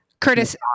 Curtis